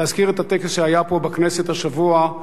להזכיר את הטקס שהיה פה בכנסת השבוע,